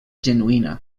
genuïna